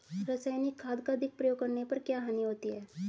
रासायनिक खाद का अधिक प्रयोग करने पर क्या हानि होती है?